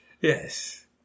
Yes